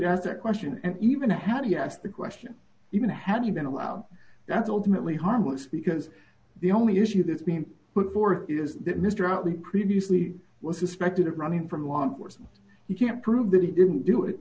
to ask that question and even how do you ask the question even had you been allowed that's ultimately harmless because the only issue that's been put forth is that mr out the previously was suspected of running from law enforcement you can't prove that he didn't do it